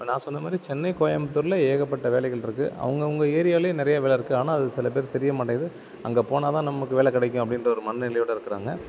நான் சொன்ன மாதிரி சென்னை கோயமுத்தூரில் ஏகப்பட்ட வேலைகள் இருக்குது அவுங்கவங்க ஏரியாவில் நிறைய வேலை இருக்குது ஆனால் அது சில பேர் தெரிய மாட்டேங்குது அங்கே போனால்தான் நமக்கு வேலை கிடைக்கும் அப்படின்ற ஒரு மனநிலையோடு இருக்கிறாங்க